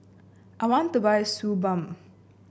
I want to buy Suu Balm